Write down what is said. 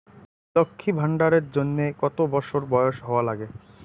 লক্ষী ভান্ডার এর জন্যে কতো বছর বয়স হওয়া লাগে?